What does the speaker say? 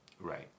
Right